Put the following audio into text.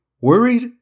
worried